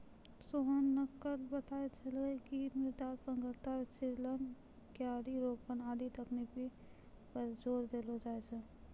सोहन न कल बताय छेलै कि मृदा सघनता, चिजल, क्यारी रोपन आदि तकनीक पर जोर देलो जाय छै